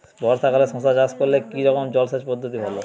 বর্ষাকালে শশা চাষ করলে কি রকম জলসেচ পদ্ধতি ভালো?